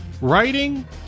writing